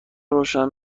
روشن